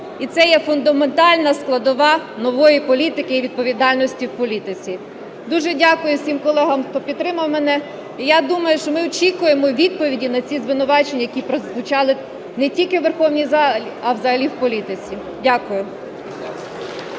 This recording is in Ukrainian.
І це є фундаментальна складова нової політики і відповідальності в політиці. Дуже дякую всім колегам, хто підтримав мене. І я думаю, що ми очікуємо відповіді на ці звинувачення, які прозвучали не тільки у Верховній Раді, а взагалі в політиці. Дякую.